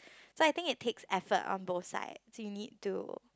so I think it takes effort on both sides you need to